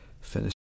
Finish